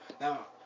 Now